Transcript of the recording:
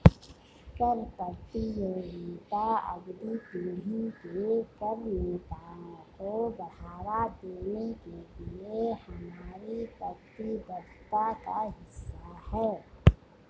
कर प्रतियोगिता अगली पीढ़ी के कर नेताओं को बढ़ावा देने के लिए हमारी प्रतिबद्धता का हिस्सा है